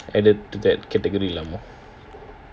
added to that category எல்லாமா:ellaamaa